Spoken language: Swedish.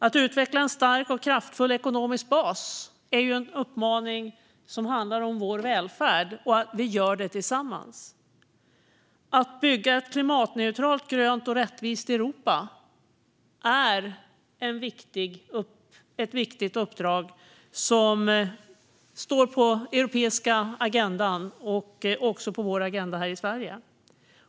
Att utveckla en stark och kraftfull ekonomisk bas är en uppmaning som handlar om vår välfärd och om att vi gör det tillsammans. Att bygga ett klimatneutralt, grönt och rättvist Europa är ett viktigt uppdrag som står på den europeiska agendan och också på vår agenda här i Sverige.